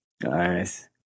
nice